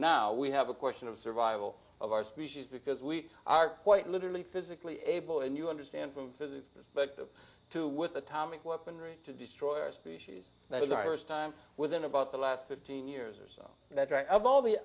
now we have a question of survival of our species because we are quite literally physically able and you understand from physics perspective to with atomic weaponry to destroy our species that is our st time within about the last fifteen years